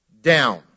down